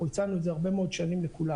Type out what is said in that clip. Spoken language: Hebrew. הצענו את זה הרבה מאוד שנים לכולם: